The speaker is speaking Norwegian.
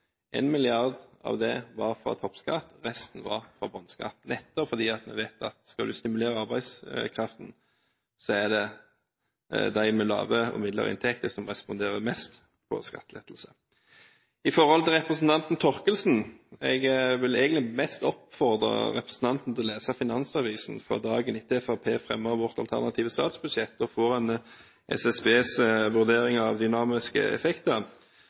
en skattelettelse. Fremskrittspartiet foreslår 9 mrd. kr i redusert inntektsskatt fra privatpersoner – 1 mrd. kr var fra toppskatt og resten fra bunnskatt – nettopp fordi vi vet at om du skal stimulere arbeidskraften, er det de med lav og middels inntekt som responderer mest på skattelettelser. For det andre: Representanten Thorkildsen vil jeg oppfordre til å lese Finansavisen fra dagen etter at Fremskrittspartiet fremmet sitt alternative statsbudsjett, og SSBs vurdering av de dynamiske